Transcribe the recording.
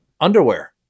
Underwear